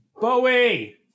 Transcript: Bowie